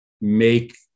Make